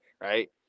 right